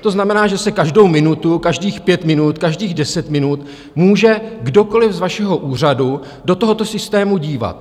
To znamená, že se každou minutu, každých pět minut, každých deset minut se může kdokoliv z vašeho úřadu do tohoto systému dívat.